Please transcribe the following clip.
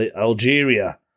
Algeria